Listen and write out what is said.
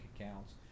accounts